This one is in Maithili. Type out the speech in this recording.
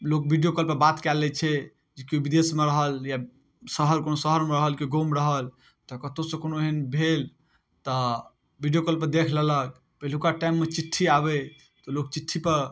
लोक वीडिओ कॉलपर बात कऽ लै छै जे केओ विदेशमे रहल या शहर कोनो शहरमे रहल कोनो गाममे रहल तऽ कतहुसँ कोनो एहन भेल तऽ वीडिओ कॉलपर देखि लेलक पहिलुका टाइममे चिट्ठी आबै तऽ लोक चिट्ठीपर